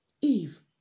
Eve